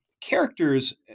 characters